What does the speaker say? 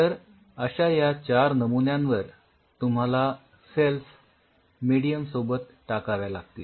तर या अश्या चार नमुन्यांवर तुम्हाला सेल्स मेडीयम सोबत टाकाव्या लागतील